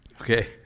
Okay